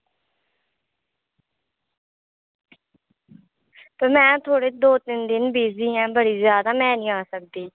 ते में थोह्ड़ा बिज़ी आं दौ तीन दिन ते में निं आई सकदी